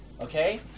Okay